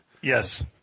Yes